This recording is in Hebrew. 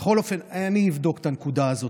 בכל אופן, אני אבדוק את הנקודה הזאת.